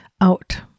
out